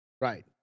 Right